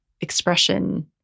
expression